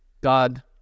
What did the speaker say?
God